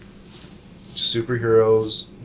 superheroes